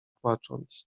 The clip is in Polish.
płacząc